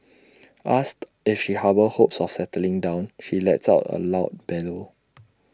asked if she harbours hopes of settling down she lets out A loud bellow